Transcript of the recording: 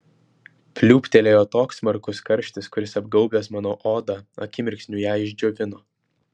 pliūptelėjo toks smarkus karštis kuris apgaubęs mano odą akimirksniu ją išdžiovino